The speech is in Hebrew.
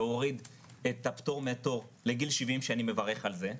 להוריד את הפטור מתור לגיל 70 שאני מברך על זה,